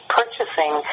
purchasing